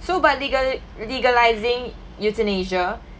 so by legal~ legalizing euthanasia